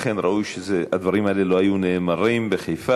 אכן היה ראוי שהדברים האלה לא היו נאמרים בחיפה,